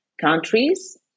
countries